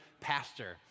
pastor